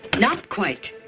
not quite.